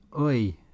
Oi